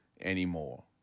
anymore